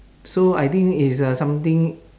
so I think it's uh something